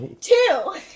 Two